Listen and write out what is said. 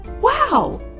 Wow